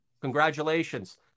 Congratulations